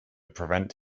prevent